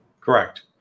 Correct